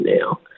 now